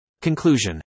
Conclusion